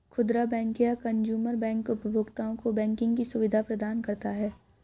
खुदरा बैंक या consumer bank उपभोक्ताओं को बैंकिंग की सुविधा प्रदान करता है